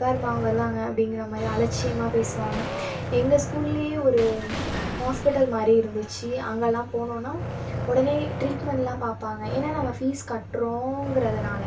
உக்காரும்மா வருவாங்க அப்படிங்கிற மாதிரி அலட்சியமாக பேசுவாங்க எங்கள் ஸ்கூலையே ஒரு ஹாஸ்பிட்டல் மாதிரி இருந்துச்சு அங்கேல்லாம் போனோனா உடனே ட்ரீட்மெண்ட் எல்லாம் பார்ப்பாங்க ஏன்னா நாங்கள் ஃபீஸ் கட்டுறோங்கிறதுனால